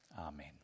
Amen